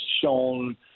shown